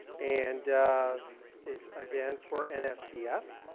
and it's again for nsdf,